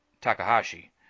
Takahashi